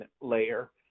layer